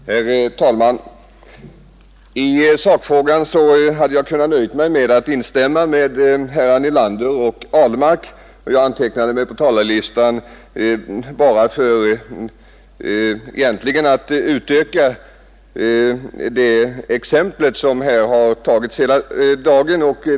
Herr talman! I sakfrågan hade jag kunnat nöja mig med att instämma med herrar Nelander och Ahlmark. Jag antecknade mig på talarlistan bara för att utöka exemplet som diskuterats här så länge.